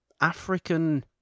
african